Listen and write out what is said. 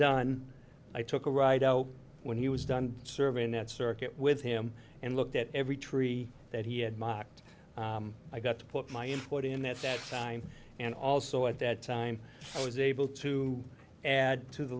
done i took a ride out when he was done surveying that circuit with him and looked at every tree that he had mocked i got to put my input in that sign and also at that time i was able to add to the